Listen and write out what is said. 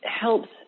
helps